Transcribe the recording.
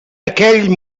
aquell